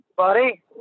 buddy